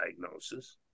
diagnosis